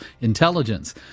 intelligence